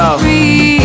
free